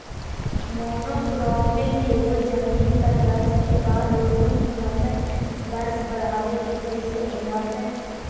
monocropping एगो जमीन पर वर्ष के बाद एगो ही फसल वर्ष बढ़ाबे के कृषि अभ्यास हइ